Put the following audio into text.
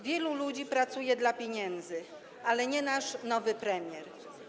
Wielu ludzi pracuje dla pieniędzy, ale nie nasz nowy premier.